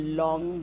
long